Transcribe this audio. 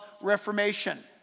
reformation